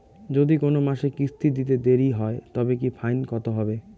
যদি কোন মাসে কিস্তি দিতে দেরি হয় তবে কি ফাইন কতহবে?